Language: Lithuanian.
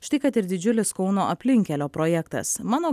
štai kad ir didžiulis kauno aplinkkelio projektas mano